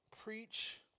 preach